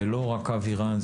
ולא רק אבי רן,